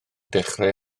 dechrau